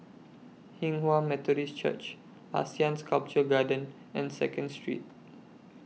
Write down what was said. Hinghwa Methodist Church Asean Sculpture Garden and Second Street